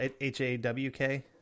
h-a-w-k